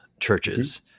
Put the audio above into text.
churches